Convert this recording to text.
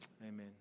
Amen